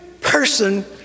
person